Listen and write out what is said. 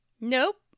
nope